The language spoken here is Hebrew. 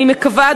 אני מקווה,